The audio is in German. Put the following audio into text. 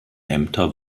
ämter